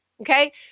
okay